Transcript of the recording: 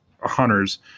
hunters